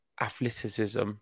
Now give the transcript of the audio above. athleticism